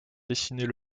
dessiner